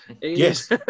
Yes